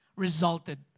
resulted